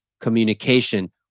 communication